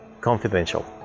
confidential